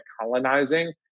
colonizing